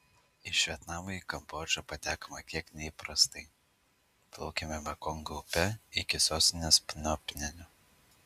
iš vietnamo į kambodžą patekome kiek neįprastai plaukėme mekongo upe iki sostinės pnompenio